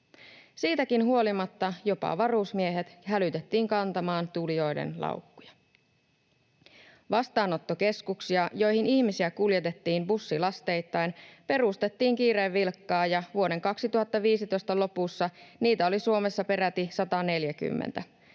Siitäkin huolimatta jopa varusmiehet hälytettiin kantamaan tulijoiden laukkuja. Vastaanottokeskuksia, joihin ihmisiä kuljetettiin bussilasteittain, perustettiin kiireen vilkkaa, ja vuoden 2015 lopussa niitä oli Suomessa peräti 140.